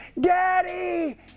Daddy